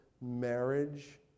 marriage